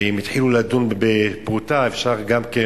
ואם התחילו לדון בפרוטה אפשר גם כן